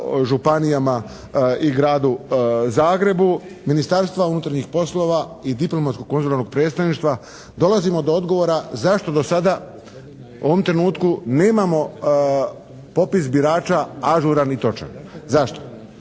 županijama i Gradu Zagrebu, Ministarstva unutarnjih poslova i diplomatsko-konzularnog predstavništva dolazimo do odgovora zašto do sada u ovom trenutku nemamo popis birača ažuran i točan. Zašto?